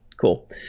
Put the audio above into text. Cool